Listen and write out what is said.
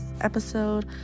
episode